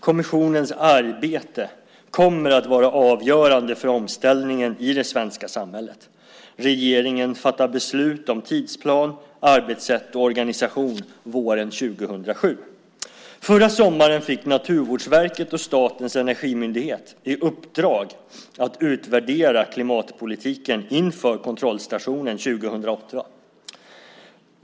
Kommissionens arbete kommer att vara avgörande för omställningen i det svenska samhället. Regeringen fattar beslut om tidsplan, arbetssätt och organisation våren 2007. Förra sommaren fick Naturvårdsverket och Statens energimyndighet i uppdrag att utvärdera klimatpolitiken inför kontrollstation 2008.